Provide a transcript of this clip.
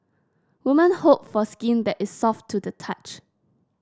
woman hope for skin that is soft to the touch